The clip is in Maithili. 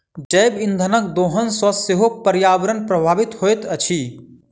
जैव इंधनक दोहन सॅ सेहो पर्यावरण प्रभावित होइत अछि